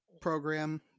program